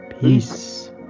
Peace